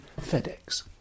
FedEx